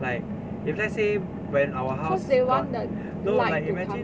like if let's say when our house got no like imagine